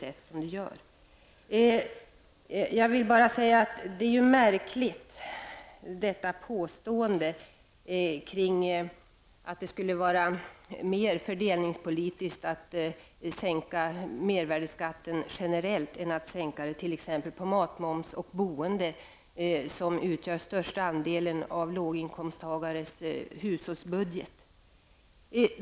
Påståendet att det skulle vara en bättre fördelningspolitik att generellt skänka mervärdeskatten än att sänka momsen på mat och boende finner jag märkligt. Kostnaderna för mat och boende utgör ju den största posten i låginkomsttagarens hushållsbudget.